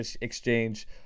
exchange